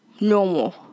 normal